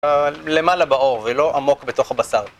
למעלה בעור, ולא עמוק בתוך הבשר.